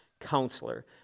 Counselor